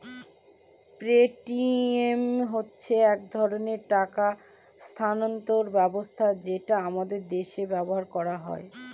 Paytm হচ্ছে এক ধরনের টাকা স্থানান্তর ব্যবস্থা যেটা আমাদের দেশে ব্যবহার করা হয়